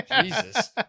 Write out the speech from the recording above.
Jesus